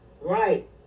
Right